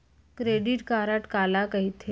Credit card काला कहिथे?